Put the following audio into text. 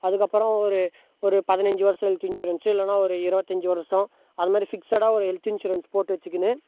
அதுக்கப்பறம் ஒரு ஒரு பதினஞ்சு வருஷம் ஹெல்த் இன்சூரன்ஸ் இல்லைனா ஒரு இருபத்தஞ்சி வருஷம் அது மாதிரி ஃபிக்ஸடாக ஒரு ஹெல்த் இன்சூரன்ஸ் போட்டு வச்சுக்கினு